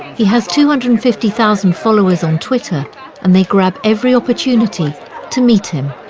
he has two hundred and fifty thousand followers on twitter and they grab every opportunity to meet him.